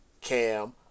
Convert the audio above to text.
Cam